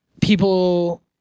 People